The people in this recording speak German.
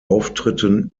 auftritten